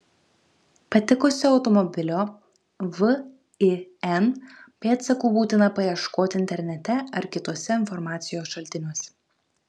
patikusio automobilio vin pėdsakų būtina paieškoti internete ar kituose informacijos šaltiniuose